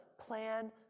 plan